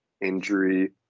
injury